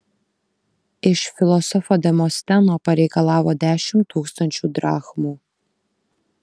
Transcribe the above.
iš filosofo demosteno pareikalavo dešimt tūkstančių drachmų